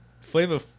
Flavor